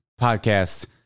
podcast